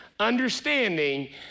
understanding